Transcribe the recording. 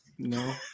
No